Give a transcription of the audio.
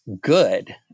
good